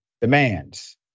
demands